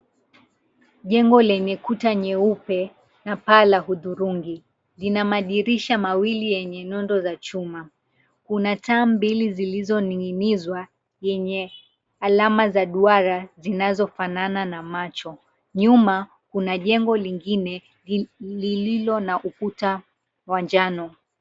Jengo lenye kuta nyeupe na paa la hudhurungi lina madirisha mawili yenye nondo za chuma kuna taa mbili zilizoninginizwa zenye alama za duara zinazofana na macho, nyuma kuna jengo lingine lililo na ukuta wa njano.